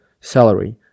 salary